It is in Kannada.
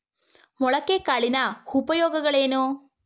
ಮೊಳಕೆ ಕಾಳಿನ ಉಪಯೋಗಗಳೇನು?